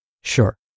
Sure